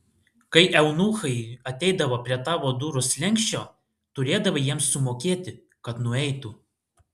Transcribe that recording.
kai eunuchai ateidavo prie tavo durų slenksčio turėdavai jiems sumokėti kad nueitų